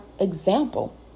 example